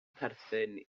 perthyn